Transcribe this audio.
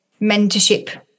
mentorship